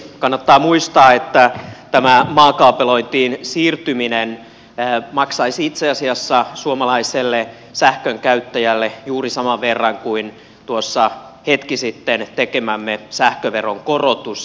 kannattaa muistaa että tämä maakaapelointiin siirtyminen maksaisi itse asiassa suomalaiselle sähkönkäyttäjälle juuri saman verran kuin tuossa hetki sitten tekemämme sähköveron korotus